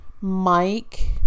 Mike